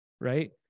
right